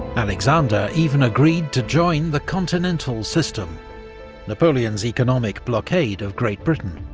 alexander even agreed to join the continental system napoleon's economic blockade of great britain,